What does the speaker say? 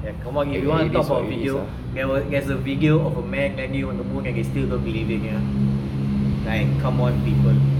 and come on if you want to talk about video there's a video of a man landing on the moon and they still don't believe you know come on people